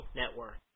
network